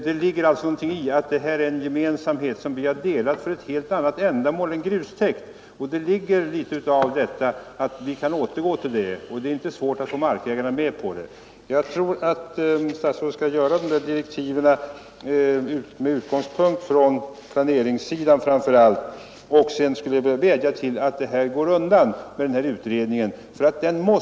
Det ligger alltså någonting i att detta är gemensam mark som har delats för ett helt annat ändamål än grustäkt, och det är inte så svårt att få markägarna med på att återgå till den gamla ordningen. Jag tror att statsrådet när han skriver direktiven skall utgå från framför allt planeringen. Jag skulle också vilja vädja till statsrådet att låta den här utredningen gå undan.